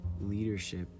leadership